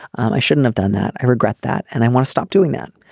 um i shouldn't have done that. i regret that and i want to stop doing that.